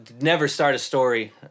never-start-a-story